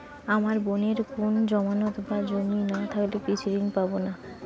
আমার বোনের কোন জামানত বা জমি না থাকলে কৃষি ঋণ কিভাবে পাবে?